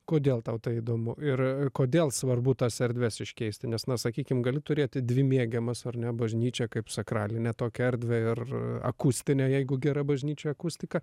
kodėl tau tai įdomu ir kodėl svarbu tas erdves iškeisti nes na sakykim gali turėti dvi mėgiamas ar ne bažnyčią kaip sakralinę tokią erdvę ir akustinę jeigu gera bažnyčioj akustika